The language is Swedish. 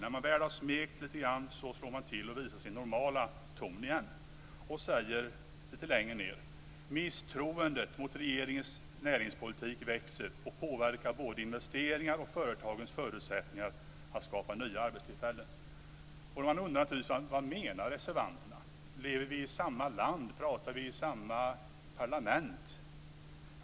När man väl har smekt lite grann slår man till och visar sin normala ton igen. Man säger lite längre ned: "Misstroendet mot regeringens näringspolitik växer och påverkar både investeringar och företagens förutsättningar att skapa nya arbetstillfällen." Man undrar naturligtvis vad reservanterna menar. Lever vi i samma land, pratar vi i samma parlament?